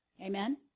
Amen